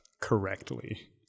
correctly